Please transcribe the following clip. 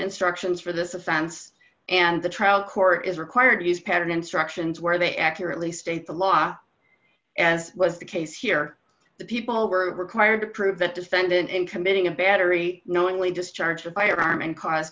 instructions for this offense and the trial court is required to use pattern instructions where they accurately state the law as was the case here the people were required to prove that defendant in committing a battery knowingly discharge a firearm and cause